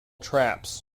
traps